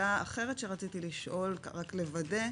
שאלה אחרת שרציתי לשאול כדי לוודא,